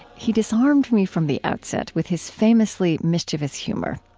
he disarmed me from the outset with his famously mischievous humor.